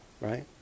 right